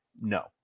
No